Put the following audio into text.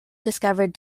discovered